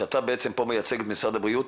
שאתה בעצם מייצג פה את משרד הבריאות,